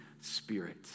Spirit